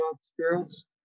spirits